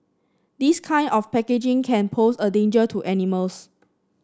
this kind of packaging can pose a danger to animals